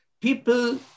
People